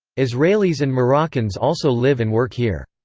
israelis and moroccans also live and work here.